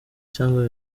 cyangwa